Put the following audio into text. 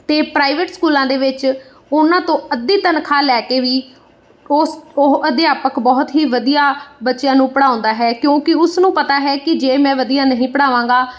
ਅਤੇ ਪ੍ਰਾਈਵੇਟ ਸਕੂਲਾਂ ਦੇ ਵਿੱਚ ਉਹਨਾਂ ਤੋਂ ਅੱਧੀ ਤਨਖਾਹ ਲੈ ਕੇ ਵੀ ਓਸ ਉਹ ਅਧਿਆਪਕ ਬਹੁਤ ਹੀ ਵਧੀਆ ਬੱਚਿਆਂ ਨੂੰ ਪੜ੍ਹਾਉਂਦਾ ਹੈ ਕਿਉਂਕਿ ਉਸ ਨੂੰ ਪਤਾ ਹੈ ਕਿ ਜੇ ਮੈਂ ਵਧੀਆ ਨਹੀਂ ਪੜ੍ਹਾਵਾਂਗਾ